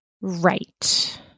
Right